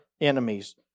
enemies